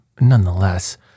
nonetheless